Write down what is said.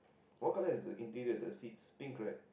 what colour is the interior the seat pink red